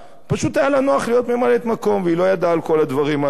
פשוט היה לה נוח להיות ממלאת-מקום והיא לא ידעה על כל הדברים הללו.